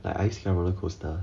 like are you scared of roller coaster